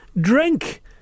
drink